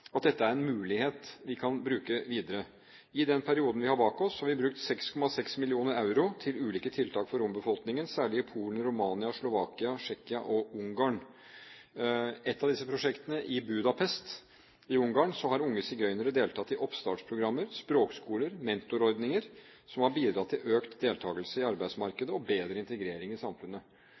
at dette er en mulighet vi kan bruke videre. I den perioden vi har bak oss, har vi brukt 6,6 mill. euro til ulike tiltak for rombefolkningen, særlig i Polen, Romania, Slovakia, Tsjekkia og Ungarn. I et av disse prosjektene, i Budapest i Ungarn, har unge sigøynere deltatt i oppstartsprogrammer, språkskoler og mentorordninger, som har bidratt til økt deltakelse i arbeidsmarkedet og bedre integrering i samfunnet.